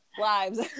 lives